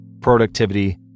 productivity